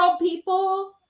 people